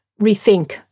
rethink